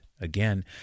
again